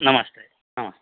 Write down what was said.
नमस्ते नमस्ते